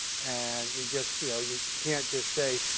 and you just, you know, you can't just say,